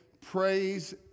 praise